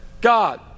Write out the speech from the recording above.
God